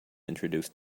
introduce